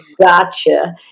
gotcha